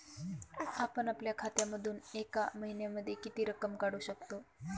आपण आपल्या खात्यामधून एका महिन्यामधे किती रक्कम काढू शकतो?